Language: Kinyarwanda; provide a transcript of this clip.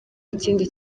ikindi